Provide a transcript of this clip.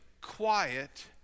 Quiet